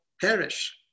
perish